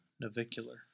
Navicular